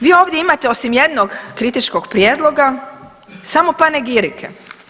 Vi ovdje imate osim jednog kritičkog prijedloga samo panegirike.